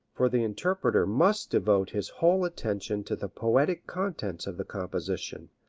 for the interpreter must devote his whole attention to the poetic contents of the composition,